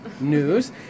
news